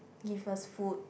give us food